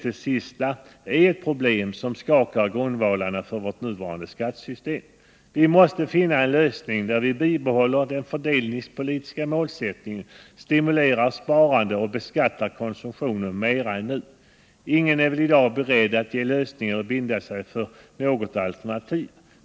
Detta är ett problem som skakar grundvalarna för vårt nuvarande skattesystem. Vi måste finna en lösning som innebär att vi bibehåller den fördelningspolitiska målsättningen, stimulerar sparandet och beskattar konsumtionen mera än nu. Ingen är väl i dag beredd att ange lösningar och att binda sig för något alternativ.